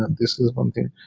this is one thing.